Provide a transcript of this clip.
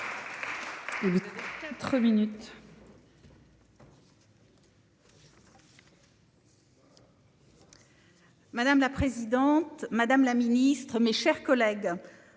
Madame la présidente, madame le ministre, mes chers collègues.